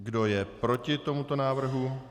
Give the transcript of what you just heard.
Kdo je proti tomuto návrhu?